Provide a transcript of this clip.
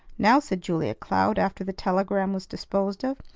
now, said julia cloud after the telegram was disposed of,